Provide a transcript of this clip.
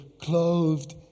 clothed